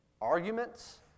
Arguments